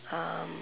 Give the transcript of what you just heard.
um